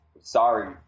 sorry